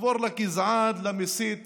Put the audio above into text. לחבור לגזען, למסית